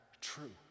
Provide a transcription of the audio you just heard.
true